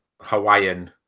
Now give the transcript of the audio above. Hawaiian